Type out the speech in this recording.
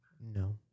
No